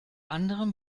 anderem